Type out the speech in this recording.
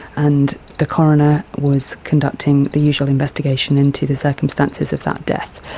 and the coroner was conducting the usual investigation into the circumstances of that death,